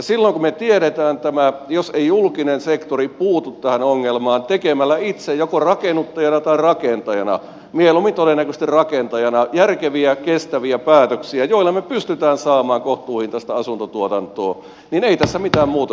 kun me tiedämme tämän ja jos ei julkinen sektori puutu tähän ongelmaan tekemällä itse joko rakennuttajana tai rakentajana mieluummin todennäköisesti rakentajana järkeviä kestäviä päätöksiä joilla me pystymme saamaan kohtuuhintaista asuntotuotantoa niin ei tässä mitään muutosta tapahdu